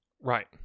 right